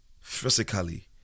physically